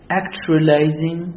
actualizing